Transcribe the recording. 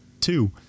two